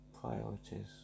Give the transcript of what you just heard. priorities